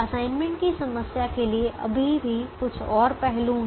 assignment की समस्या के लिए अभी भी कुछ और पहलू हैं